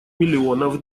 миллионов